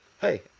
hey